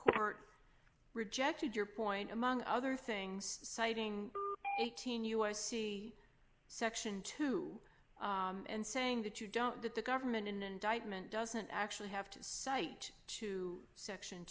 court rejected your point among other things citing eighteen u s c section two and saying that you don't that the government an indictment doesn't actually have to cite to section